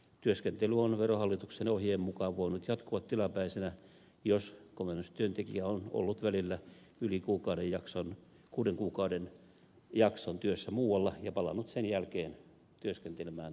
työskentely on verohallituksen ohjeen mukaan voinut jatkua tilapäisenä jos komennustyöntekijä on ollut välillä kuuden kuukauden jakson työssä muualla ja palannut sen jälkeen työskentelemään tuolle telakalle